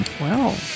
Wow